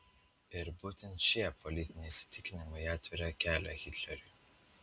ir būtent šie politiniai įsitikinimai atvėrė kelią hitleriui